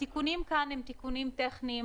התיקונים כאן הם תיקונים טכניים,